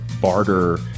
barter